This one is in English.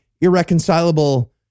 irreconcilable